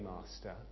master